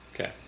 Okay